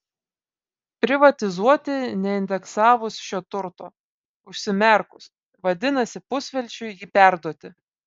privatizuoti neindeksavus šio turto užsimerkus vadinasi pusvelčiui jį perduoti